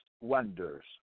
wonders